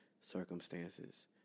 circumstances